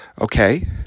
Okay